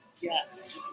Yes